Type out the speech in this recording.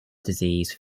disease